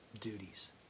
duties